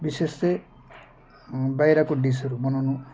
विशेष चाहिँ बाहिरको डिसहरू बनाउनु